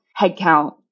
headcount